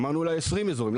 אמרנו אולי 20 אזורים,